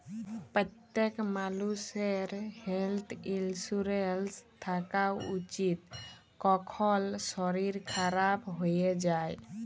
প্যত্তেক মালুষের health insurance থ্যাকা উচিত, কখল শরীর খারাপ হয়ে যায়